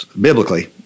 Biblically